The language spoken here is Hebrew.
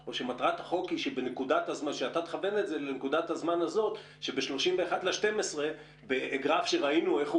או שמטרתה שבנקודת הזמן הזו שב-31.12 בגרף שראינו איך הוא